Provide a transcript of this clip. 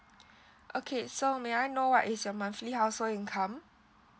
okay so may I know what is your monthly household income